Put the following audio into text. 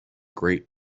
great